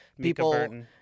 people